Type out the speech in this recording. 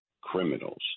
criminals